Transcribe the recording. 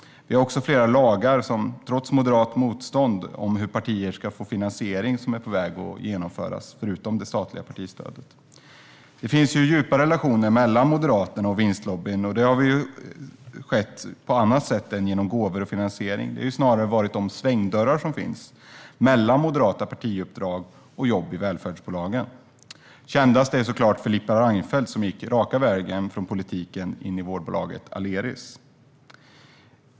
Trots moderat motstånd har vi också flera lagar om hur partier ska få finansiering, förutom det statliga partistödet, som är på väg att genomföras. Det finns djupa relationer mellan Moderaterna och vinstlobbyn. Det har handlat om annat än gåvor och finansiering. Det har snarare varit de svängdörrar som finns mellan moderata partiuppdrag och jobb i välfärdsbolagen. Kändast är såklart Filippa Reinfeldt, som gick raka vägen från politiken in i vårdbolaget Aleris.